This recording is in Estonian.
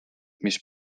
mis